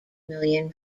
million